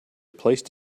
placed